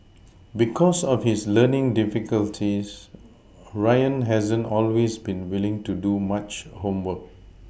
because of his learning difficulties Ryan hasn't always been willing to do much homework